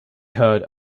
heard